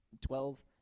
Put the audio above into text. Twelve